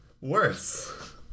worse